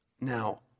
Now